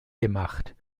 gemacht